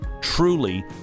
truly